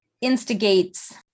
instigates